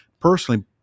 personally